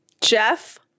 Jeff